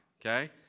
okay